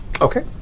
Okay